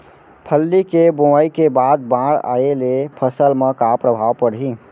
फल्ली के बोआई के बाद बाढ़ आये ले फसल मा का प्रभाव पड़ही?